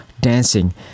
dancing